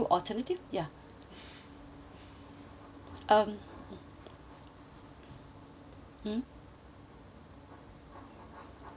ya um hmm mm